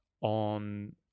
on